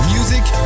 Music